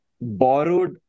borrowed